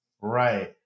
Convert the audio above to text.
right